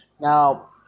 Now